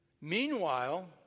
Meanwhile